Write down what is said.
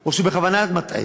או שהוא בכוונה מטעה: